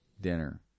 dinner